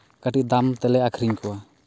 ᱠᱟᱹᱴᱤᱡᱽ ᱫᱟᱢ ᱛᱮᱞᱮ ᱟᱠᱷᱨᱤᱧ ᱠᱚᱣᱟ